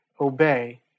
obey